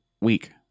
week